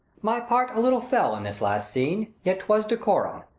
my part a little fell in this last scene, yet twas decorum.